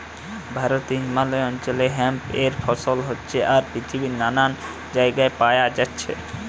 ভারতে হিমালয় অঞ্চলে হেম্প এর ফসল হচ্ছে আর পৃথিবীর নানান জাগায় পায়া যাচ্ছে